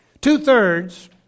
Two-thirds